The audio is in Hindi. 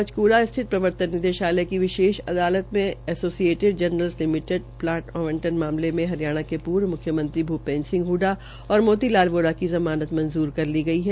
पंचकूला स्थित प्रवर्तन निदेशालय की विशेष अदालत में एसप्सिएटेड जर्नल्स लिमिटेड प्लॉट आवंटन मामले में हरियाणा के पूर्व मुख्यमंत्री भूपेंद्र सिंह हड़डा और माप्तीलाल वात्रा की ज़मानत मंजूर कर ली है